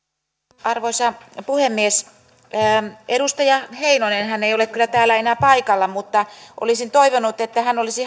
arvoisa puhemies edustaja heinonen ei ole kyllä täällä enää paikalla mutta olisin toivonut että hän olisi